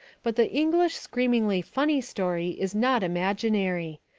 but the english screamingly funny story is not imaginary.